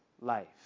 life